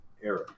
era